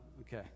okay